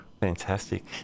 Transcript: Fantastic